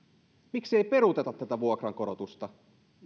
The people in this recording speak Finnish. miksi ei peruuteta tätä vuokrankorotusta